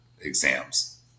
exams